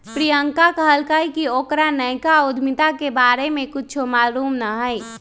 प्रियंका कहलकई कि ओकरा नयका उधमिता के बारे में कुछो मालूम न हई